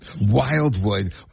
Wildwood